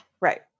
Right